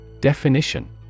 Definition